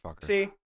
See